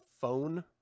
phone